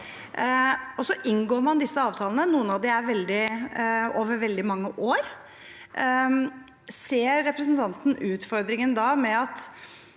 inngår disse avtalene, noen av dem over veldig mange år, ser representanten da utfordringen ved at